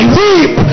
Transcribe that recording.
weep